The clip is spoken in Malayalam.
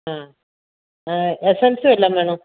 ആ എസൻസ് വല്ലതും വേണോ